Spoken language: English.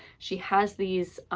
she has these,